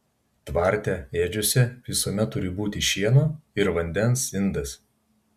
tvarte ėdžiose visuomet turi būti šieno ir vandens indas